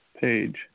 page